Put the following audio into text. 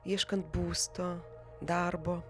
ieškant būsto darbo